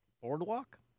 boardwalk